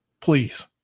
please